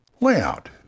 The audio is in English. layout